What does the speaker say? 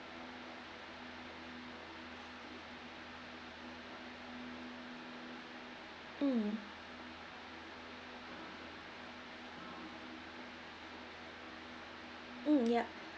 mm mm ya